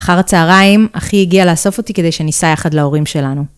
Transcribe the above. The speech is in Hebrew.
אחר הצהריים אחי הגיע לאסוף אותי כדי שניסע יחד להורים שלנו.